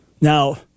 Now